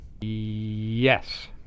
Yes